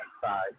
side